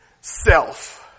Self